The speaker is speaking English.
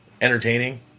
entertaining